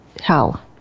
hell